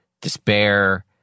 despair